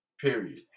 Period